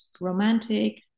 Romantic